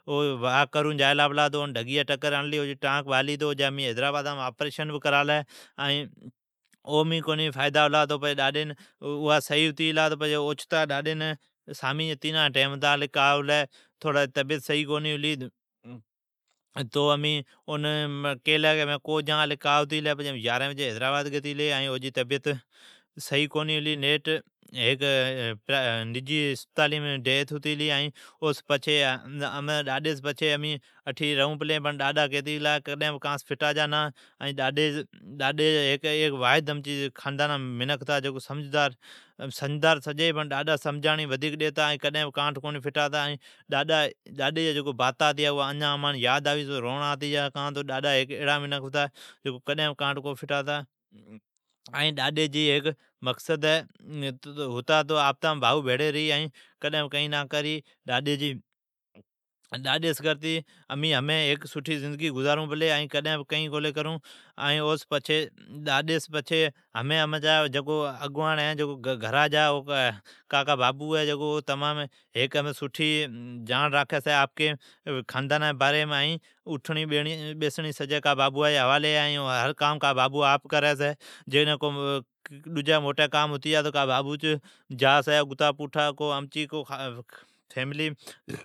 واک کرون جائیلا پلاتو اون دھگئی ٹکر ھڑلی۔ ائین او سون پچھی سامین جی تینا جا ٹئیم ھتا الی کا ھلی مین کو جان۔ پچھی امین حیدرآباد گیتی گلی۔ اٹھی نجی اسپتالین ڈیتھ ھتی گلی ائین امین ھمین اٹھی ریئون پلی۔ ڈاڈی کیلی کڈھن کانس بھی پھٹاجا نا ۔ بابا ائی سمجدار ھی بڑ ڈاڈا وھھیک سمجدار ھتا ائین کانٹھ کونی پھٹاتا ڈاڈی جیا باتا کرون تو امان اجان روئڑ اوی۔ ڈاڈی جا مقصد ھتا تو بھائو سدائین بھیڑی ریئی ائین کڈھن الغ نا ھوی۔ ڈاڈیس کرتی ھمین امین ھیک سٹھی زندگی گزارون پلی۔ ڈاڈی سون پچھی امچی خاندانا جا اگواڑ کاکا بابو ہے۔ کاکا بابو ھیک سٹھی جاڑ راکھی چھی ائین اوٹھڑی ببیسڑی سجی کاکی بابوا جی حوالی ہے۔ ھر کام کاکا بابو آپ کری چھی ائین ڈجی کو موٹی کام ھوی چھی اون کاکا بابو اپ کری چھی۔ امچی فیملیم موٹا